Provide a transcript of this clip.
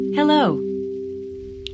Hello